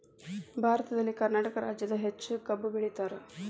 ಭಾರತದಲ್ಲಿ ಕರ್ನಾಟಕ ರಾಜ್ಯದಾಗ ಹೆಚ್ಚ ಕಬ್ಬ್ ಬೆಳಿತಾರ